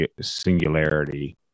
singularity